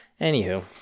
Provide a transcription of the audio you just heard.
anywho